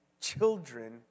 children